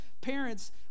parents